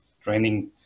training